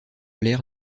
l’air